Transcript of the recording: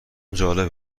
جالبه